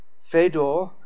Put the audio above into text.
fedor